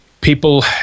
people